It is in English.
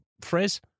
phrase